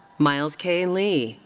miles k. lee.